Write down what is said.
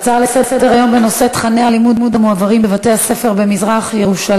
הצעות לסדר-היום בנושא תוכני הלימודים בבתי-הספר במזרח-ירושלים,